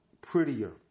prettier